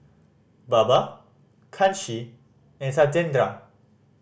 Baba Kanshi and Satyendra